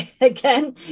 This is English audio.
again